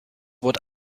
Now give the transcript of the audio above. what